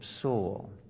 soul